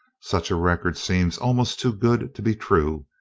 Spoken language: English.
such a record seems almost too good to be true,